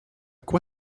quoi